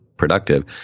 productive